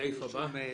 הסעיף הבא.